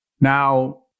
Now